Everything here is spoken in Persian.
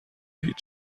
هیچ